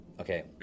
Okay